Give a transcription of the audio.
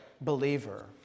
believer